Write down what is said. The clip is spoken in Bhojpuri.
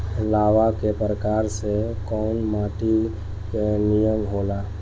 लावा क प्रवाह से कउना माटी क निर्माण होला?